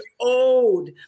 old